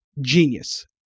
genius